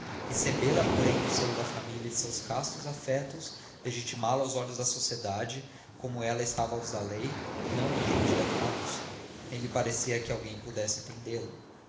recebê-la porém no seio da família e de seus castos afetos legitimá la aos olhos da sociedade como ela estava aos da lei não o entendia d úrsula nem lhe parecia que alguém pudesse entendê lo